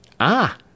Ah